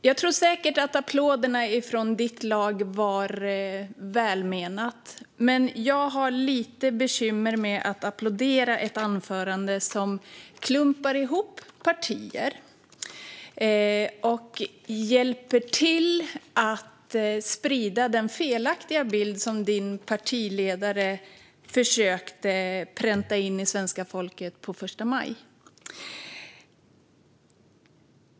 Jag tror säkert att applåderna från ditt lag var välmenade, men jag har lite bekymmer med att applådera ett anförande som klumpar ihop partier och hjälper till att sprida den felaktiga bild som din partiledare försökte pränta in hos svenska folket på första maj.